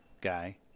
guy